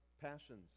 passions